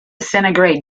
centigrade